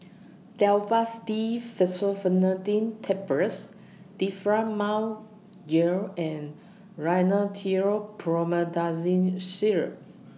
Telfast D Fexofenadine Tablets Difflam Mouth Gel and Rhinathiol Promethazine Syrup